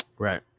Right